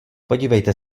podívejte